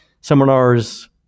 seminars